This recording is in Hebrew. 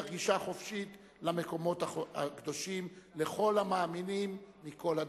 גישה חופשית למקומות הקדושים לכל המאמינים מכל הדתות.